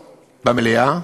במליאה,